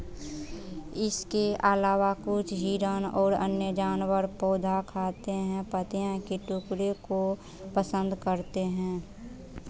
इसके अलावा कुछ हिरण और अन्य जानवर पौधा खाते हैं पत्तीयां के टुकड़े को पसंद करते हैं